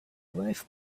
wife